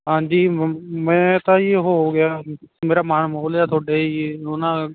ਹਾਂਜੀ ਮੈਂ ਤਾਂ ਜੀ ਉਹ ਹੋ ਗਿਆ ਮੇਰਾ ਮਨ ਮੋਹ ਲਿਆ ਤੁਹਾਡੇ ਜੀ ਉਹਨਾਂ